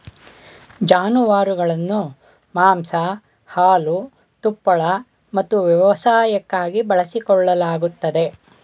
ಜಾನುವಾರುಗಳನ್ನು ಮಾಂಸ ಹಾಲು ತುಪ್ಪಳ ಮತ್ತು ವ್ಯವಸಾಯಕ್ಕಾಗಿ ಬಳಸಿಕೊಳ್ಳಲಾಗುತ್ತದೆ